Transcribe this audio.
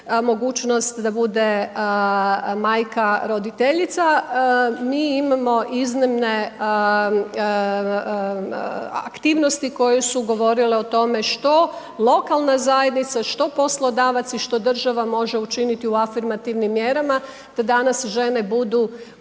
mogućnost da bude majka roditeljica, mi imamo iznimne aktivnosti koje su govorile o tome što lokalna zajednica, što poslodavac i što država može učiniti u afirmativnim mjerama te da danas žene budu